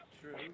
true